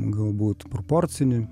galbūt proporcinį